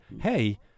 hey—